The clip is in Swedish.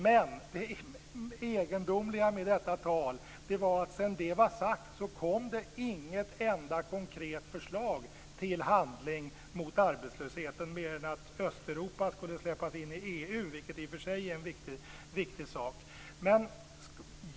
Det egendomliga med detta tal var att sedan det var sagt kom inte ett enda konkret förslag till handling mot arbetslösheten mer än att Östeuropa skulle släppas in i EU, vilket i och för sig är en viktig sak.